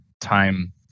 time